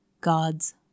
God's